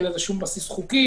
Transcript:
אין לזה שום סביב חוקי